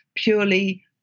purely